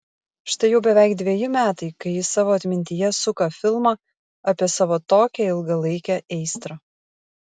štai jau beveik dveji metai kai ji savo atmintyje suka filmą apie savo tokią ilgalaikę aistrą